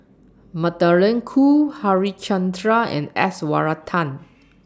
Magdalene Khoo Harichandra and S Varathan